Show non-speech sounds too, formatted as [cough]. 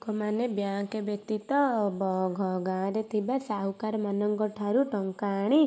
ଲୋକମାନେ ବ୍ୟାଙ୍କ ବ୍ୟତୀତ [unintelligible] ଗାଁରେ ଥିବା ସାହୁକାରମାନଙ୍କ ଠାରୁ ଟଙ୍କା ଆଣି